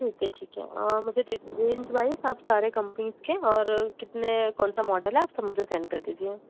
ठीक है ठीक है मुझे दे दीजिए रेंज वाइज़ आप सारे कम्पनीज़ के और कितने कौन सा मॉडल है आप सब मुझे सेंड कर दीजिए